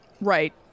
Right